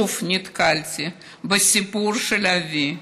שוב נתקלתי בסיפור של אבי,